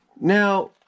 Now